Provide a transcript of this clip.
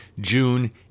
June